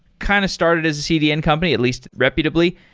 kind of started as a cdn company, at least reputably.